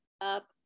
up